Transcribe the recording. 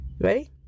Ready